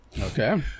Okay